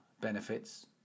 benefits